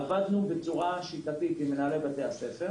עבדנו בצורה שיטתית עם מנהלי בתי הספר